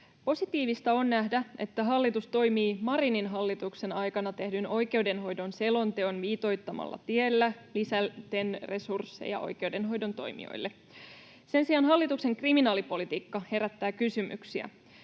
Positiivista on nähdä, että hallitus toimii Marinin hallituksen aikana tehdyn oikeudenhoidon selonteon viitoittamalla tiellä lisäten resursseja oikeudenhoidon toimijoille. Sen sijaan hallituksen kriminaalipolitiikka herättää kysymyksiä.